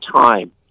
time